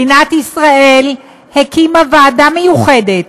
מדינת ישראל הקימה ועדה מיוחדת